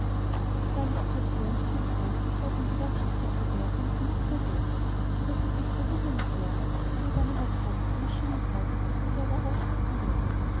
die qualifikation dieses herrn zum roten gewerkschaftssekretär dringt immer wieder durch so daß es nicht verwunderlich wäre wenn er bei einer vakanz eines schönen tages als bewerber auftreten würde